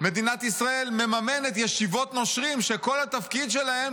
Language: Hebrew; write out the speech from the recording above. מדינת ישראל מממנת ישיבות נושרים שכל התפקיד שלהן